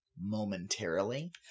momentarily